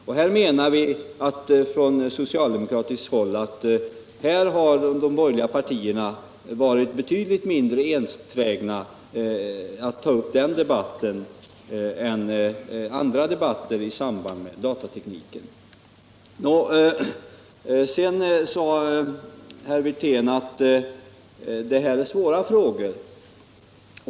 Vi menar från socialdemokratiskt håll att de borgerliga partierna har varit betydligt mindre enträgna att ta upp den debatten än när det gällt andra debatter i fråga om datatekniken. Herr Wirtén framhöll att det här är svåra frågor.